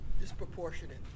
disproportionate